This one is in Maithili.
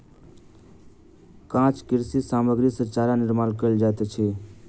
काँच कृषि सामग्री सॅ चारा निर्माण कयल जाइत अछि